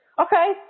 Okay